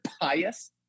pious